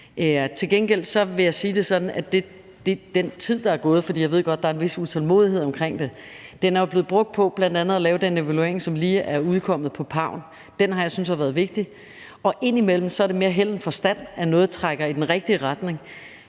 Til gengæld vil jeg sige det sådan, at den tid, der er gået – for jeg ved godt, at der er en vis utålmodighed omkring det – er blevet brugt på bl.a. at lave den evaluering, som lige er udkommet på pau'en; den synes jeg har været vigtig. Og indimellem er det mere held end forstand, at noget trækker i den rigtige retning.